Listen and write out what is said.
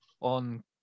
On